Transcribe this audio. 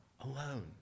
alone